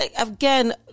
again